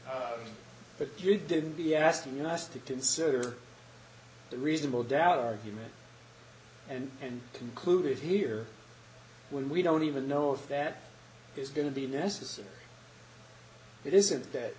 it but you didn't be asking us to consider the reasonable doubt argument and then concluded here when we don't even know if that is going to be necessary it isn't that